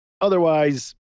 otherwise